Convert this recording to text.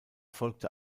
folgte